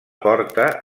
porta